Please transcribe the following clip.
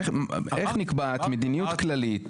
איך נקבעת מדיניות כללית?